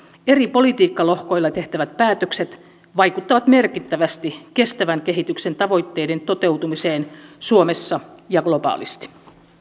eri politiikkalohkoilla tehtävät päätökset vaikuttavat merkittävästi kestävän kehityksen tavoitteiden toteutumiseen suomessa ja globaalisti